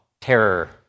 terror